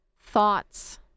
thoughts